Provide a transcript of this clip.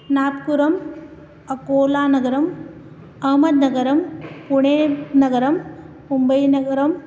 नाग्कुरम् अकोलानगरम् अहमद्गरं पुणेनगरं मुम्बैनगरम्